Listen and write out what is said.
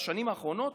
בשנים האחרונות,